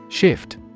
Shift